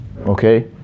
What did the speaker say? Okay